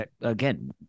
again